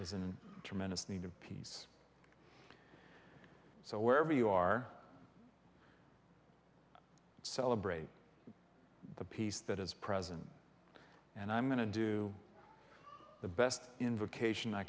in tremendous need of peace so wherever you are celebrate the peace that is present and i'm going to do the best i